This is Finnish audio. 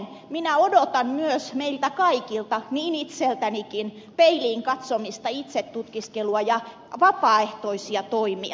minä odotan myös meiltä kaikilta itseltänikin peiliin katsomista itsetutkiskelua ja vapaaehtoisia toimia